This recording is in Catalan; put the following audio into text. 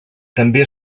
també